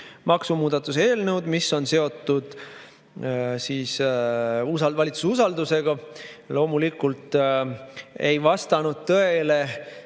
maksumuudatuse eelnõu, mis on seotud valitsuse usaldusega. Loomulikult ei vastanud tõele